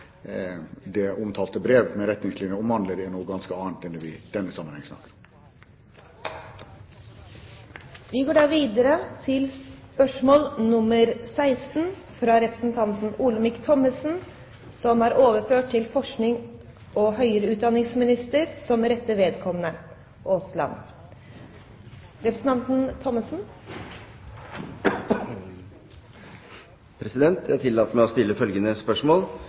noe ganske annet enn det vi i denne sammenheng snakker om. Dette spørsmålet er trukket tilbake. Dette spørsmålet, fra representanten Olemic Thommessen til kulturministeren, vil bli bevart av forsknings- og høyere utdanningsministeren som rette vedkommende. Jeg tillater meg å stille følgende spørsmål